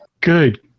good